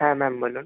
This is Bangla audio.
হ্যাঁ ম্যাম বলুন